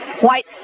white